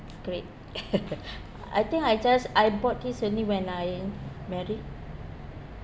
great I think I just I bought this only when I married